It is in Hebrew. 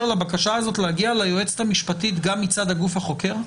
לבקשה הזאת להגיע ליועצת המשפטית גם מצד הגוף החוקר?